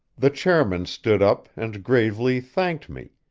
the chairman stood up and gravely thanked me,